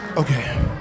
okay